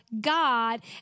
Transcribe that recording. God